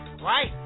Right